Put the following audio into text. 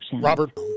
Robert